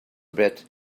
bit